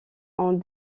ont